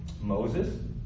Moses